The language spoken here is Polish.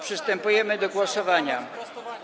Przystępujemy do głosowania.